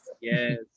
Yes